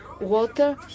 water